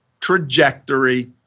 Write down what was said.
trajectory